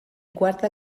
quarta